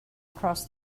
across